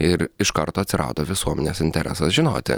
ir iš karto atsirado visuomenės interesas žinoti